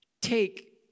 take